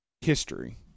history